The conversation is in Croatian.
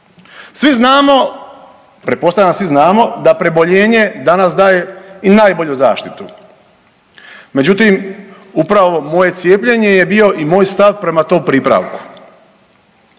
Svi znamo, pretpostavljam da svi znamo da preboljenje danas daje i najbolju zaštitu. Međutim, upravo moje cijepljenje je bio i moj stav prema tom pripravku.